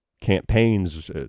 campaigns